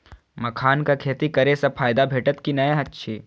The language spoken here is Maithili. मखानक खेती करे स फायदा भेटत की नै अछि?